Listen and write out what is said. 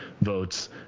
votes